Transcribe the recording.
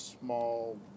small